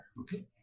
Okay